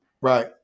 right